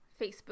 Facebook